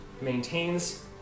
maintains